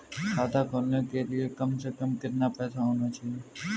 खाता खोलने के लिए कम से कम कितना पैसा होना चाहिए?